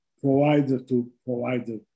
provider-to-provider